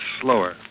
slower